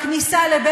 כל המדינה.